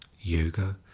yoga